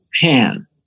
pan